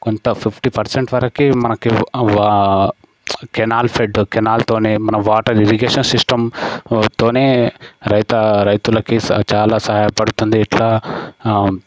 కొంత fifty percent వరకే మనకి కెనాల్ ఫ్లడ్ కెనాల్ తోనే మన వాటర్ ఇరిగేషన్ సిస్టం తోనే రైతా రైతులకి చాలా సహాయపడుతుంది ఎట్లా